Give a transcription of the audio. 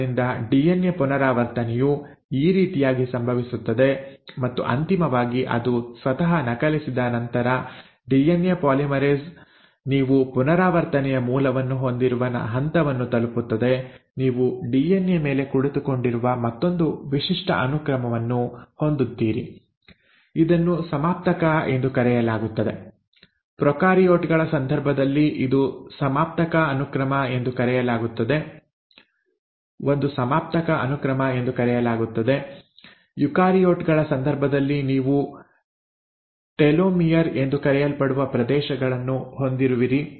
ಆದ್ದರಿಂದ ಡಿಎನ್ಎ ಪುನರಾವರ್ತನೆಯು ಈ ರೀತಿಯಾಗಿ ಸಂಭವಿಸುತ್ತದೆ ಮತ್ತು ಅಂತಿಮವಾಗಿ ಅದು ಸ್ವತಃ ನಕಲಿಸಿದ ನಂತರ ಡಿಎನ್ಎ ಪಾಲಿಮರೇಸ್ ನೀವು ಪುನರಾವರ್ತನೆಯ ಮೂಲವನ್ನು ಹೊಂದಿರುವ ಹಂತವನ್ನು ತಲುಪುತ್ತದೆ ನೀವು ಡಿಎನ್ಎ ಮೇಲೆ ಕುಳಿತುಕೊಂಡಿರುವ ಮತ್ತೊಂದು ವಿಶಿಷ್ಟ ಅನುಕ್ರಮವನ್ನು ಹೊಂದುತ್ತೀರಿ ಇದನ್ನು ಸಮಾಪ್ತಕ ಎಂದು ಕರೆಯಲಾಗುತ್ತದೆ ಪ್ರೊಕಾರಿಯೋಟ್ ಗಳ ಸಂದರ್ಭದಲ್ಲಿ ಒಂದು ಸಮಾಪ್ತಕ ಅನುಕ್ರಮ ಎಂದು ಕರೆಯಲಾಗುತ್ತದೆ ಯುಕಾರಿಯೋಟ್ ಗಳ ಸಂದರ್ಭದಲ್ಲಿ ನೀವು ಟೆಲೋಮಿಯರ್ ಎಂದು ಕರೆಯಲ್ಪಡುವ ಪ್ರದೇಶಗಳನ್ನು ಹೊಂದಿರುವಿರಿ